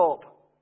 stop